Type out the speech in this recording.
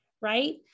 right